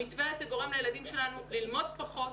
המתווה הזה גורם לילדים שלנו ללמוד פחות,